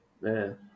man